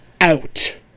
out